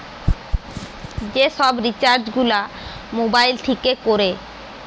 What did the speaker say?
যে সব রিচার্জ গুলা মোবাইল থিকে কোরে